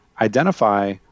identify